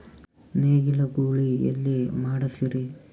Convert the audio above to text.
ನೇಗಿಲ ಗೂಳಿ ಎಲ್ಲಿ ಮಾಡಸೀರಿ?